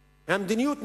מדיניות,